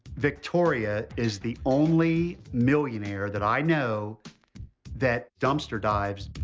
victoria is the only millionaire that i know that dumpster dives.